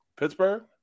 Pittsburgh